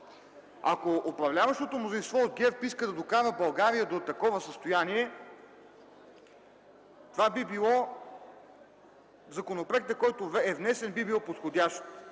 Ако управляващото мнозинство от ГЕРБ иска да докара България до такова състояние, законопроект, който е внесен, би бил подходящ.